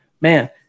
man